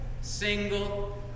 single